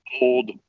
old